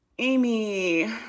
Amy